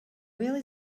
really